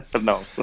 No